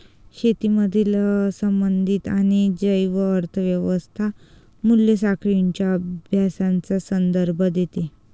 शेतीमधील संबंधित आणि जैव अर्थ व्यवस्था मूल्य साखळींच्या अभ्यासाचा संदर्भ देते